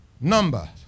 Number